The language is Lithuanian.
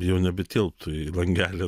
jau nebetilptų į langelį